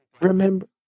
Remember